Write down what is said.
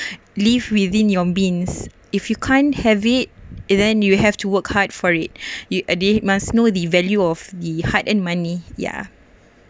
live within your means if you can't have it and then you have to work hard for it it they must know the value of the hard earn money ya